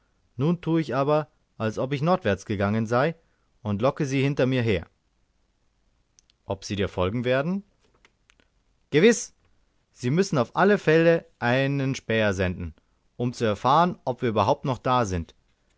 nun tue ich aber als ob ich nordwärts gegangen sei und locke sie hinter mir her ob sie dir folgen werden gewiß sie müssen auf alle fälle einen späher senden um zu erfahren ob wir überhaupt noch da sind